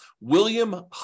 William